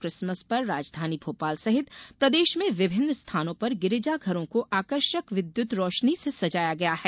Christmas पर राजधानी भोपाल सहित प्रदेश में विभिन्न स्थानों पर गिरजाघरों को आकर्षक विद्युत रोशनी से सजाया गया है